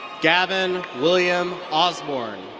gavin william osborne.